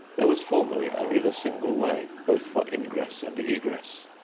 there was formerly only the single way, both for ingress and egress.